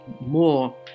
more